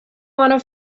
want